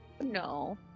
no